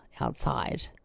outside